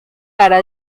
para